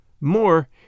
More